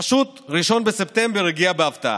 פשוט 1 בספטמבר הגיע בהפתעה.